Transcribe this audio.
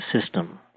system